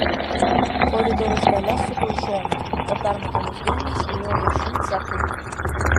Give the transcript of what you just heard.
koridorius gale suko į šoną o permatomos grindys ėjo viršum cechų